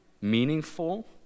meaningful